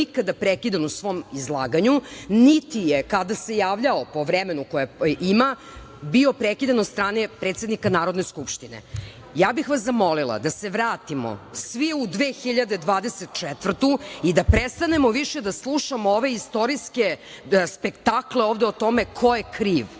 nikada prekidan u svom izlaganju, niti je kada se javljao po vremenu koje ima, bio prekidan od strane predsednika Narodne Skupštine. Ja bih vas zamolila da se vratimo, svi u 2024. godinu i da prestanemo da slušamo više ove istorijske spektakle o tome ko je kriv.